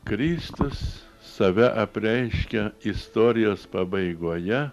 kristus save apreiškia istorijos pabaigoje